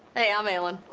hey, i'm ellen.